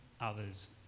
others